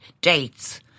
dates